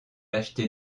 acheté